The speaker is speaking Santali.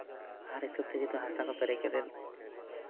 ᱟᱦᱟᱨ ᱦᱤᱥᱟᱹᱵᱽ ᱛᱮ ᱡᱚᱛᱚ ᱦᱟᱥᱟ ᱠᱚ ᱯᱮᱨᱮᱡ ᱠᱟᱛᱮᱫ